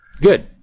Good